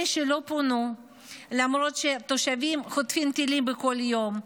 אלה שלא פונו למרות שתושבים חוטפים טילים בכל יום,